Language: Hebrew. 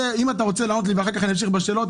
אם אתה רוצה לענות לי ואחר כך אני אמשיך בשאלות,